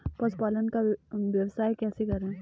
पशुपालन का व्यवसाय कैसे करें?